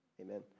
Amen